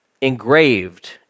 engraved